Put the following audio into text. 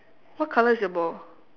what colour is your ball